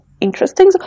interesting